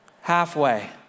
Halfway